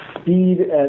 speed